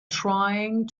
trying